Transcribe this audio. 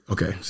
Okay